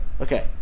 Okay